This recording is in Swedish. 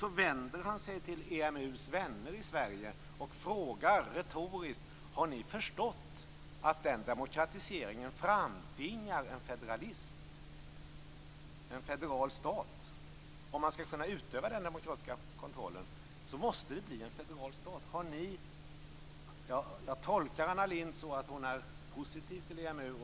Sedan vänder han sig till EMU:s vänner i Sverige och frågar retoriskt: Har ni förstått att den demokratiseringen framtvingar en federalism, en federal stat? Om man skall kunna utöva den demokratiska kontrollen måste det bli en federal stat. Jag tolkar Anna Lindh så att hon är positiv till EMU.